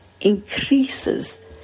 Increases